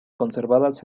conservadas